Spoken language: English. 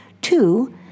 Two